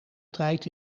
tijd